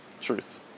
truth